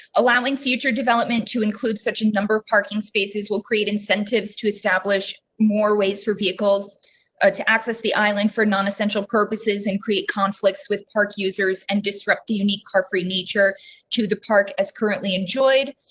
allowing future development to include such a and number of parking spaces will create incentives to establish more ways for vehicles ah to access the island for non essential purposes and create conflicts with park users and disrupt the unique carefree nature to the park as currently enjoyed